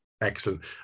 Excellent